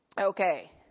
Okay